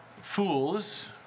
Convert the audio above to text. fools